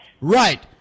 Right